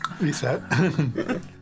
Reset